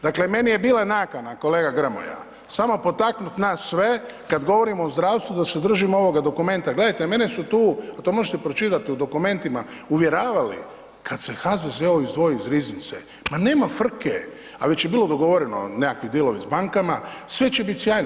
Dakle, meni je bila nakana, kolega Grmoja, samo potaknuti nas sve, kad govorimo o zdravstvu da se držimo ovoga dokumenta, gledajte, mene su tu, to možete pročitati u dokumentima, uvjeravali kad se HZZO izdvoji iz riznice, ma nema frke, a već je bilo dogovoreno nekakvi dealovi s bankama, sve će biti sjajno.